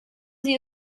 sie